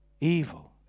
evil